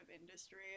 industry